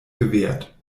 gewährt